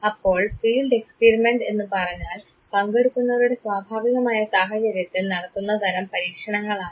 അപ്പോൾ field experiment എന്നു പറഞ്ഞാൽ പങ്കെടുക്കുന്നവരുടെ സ്വാഭാവികമായ സാഹചര്യത്തിൽ നടത്തുന്ന തരം പരീക്ഷണങ്ങളാണ്